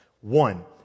One